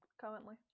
currently